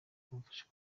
kumfasha